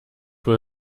wohl